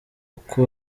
uko